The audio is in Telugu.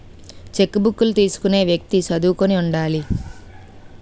చెక్కుబుక్కులు తీసుకునే వ్యక్తి చదువుకుని ఉండాలి